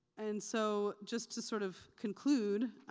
and so, just to sort of conclude,